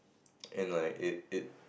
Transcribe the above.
and like it it